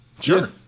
Sure